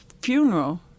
funeral